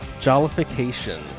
Jollification